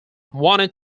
wanted